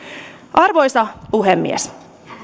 arvoisa puhemies